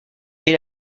est